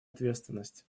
ответственность